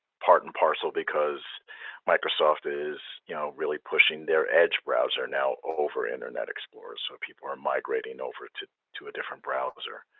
part and parcel because microsoft is you know really pushing their edge browser now over internet explorer. so people are migrating over to to a different browser,